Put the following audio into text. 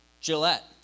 Gillette